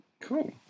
Cool